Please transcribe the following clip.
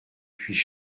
puits